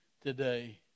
today